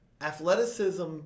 athleticism